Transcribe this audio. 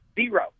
Zero